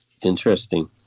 Interesting